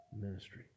ministry